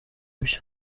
byo